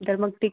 तर मग ठीक